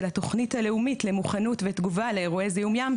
של התוכנית הלאומית למוכנות ותגובה לאירועי זיהום ים,